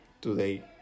today